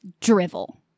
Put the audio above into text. drivel